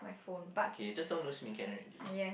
it's okay just don't lose me can already